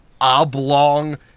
oblong